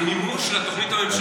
זה הנושא של הדיון,